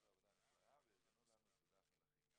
עשו עבודה נפלאה וארגנו לנו סעודת מלכים.